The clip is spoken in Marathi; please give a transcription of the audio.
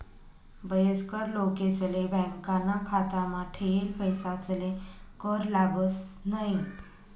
वयस्कर लोकेसले बॅकाना खातामा ठेयेल पैसासले कर लागस न्हयी